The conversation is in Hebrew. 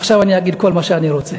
עכשיו אני אגיד כל מה שאני רוצה.